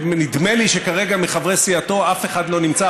שנדמה לי שכרגע מחברי סיעתו אף אחד לא נמצא,